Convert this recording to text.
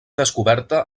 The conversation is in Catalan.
descoberta